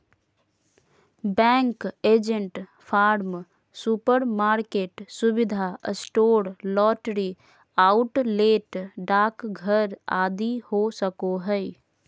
bank agent farm, supermarket, सुविधा store, lottery outlet, डाकघर आदि हो सको हइ